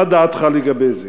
מה דעתך על זה?